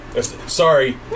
Sorry